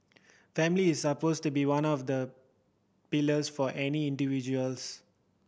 family is supposed to be one of the for any individuals